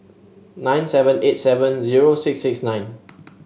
nine seven eight seven zero six six nine